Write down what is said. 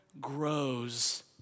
grows